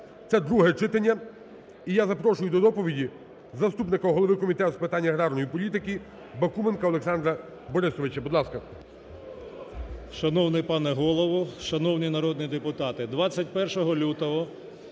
(це друге читання). І я запрошую до доповіді заступника голови Комітету з питань аграрної політики Бакуменка Олександра Борисовича. Будь ласка. 11:18:34 БАКУМЕНКО О.Б. Шановний пане Голово, шановні народні депутати! 21 лютого